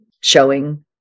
showing